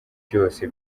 byose